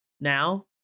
now